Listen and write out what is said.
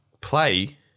play